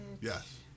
Yes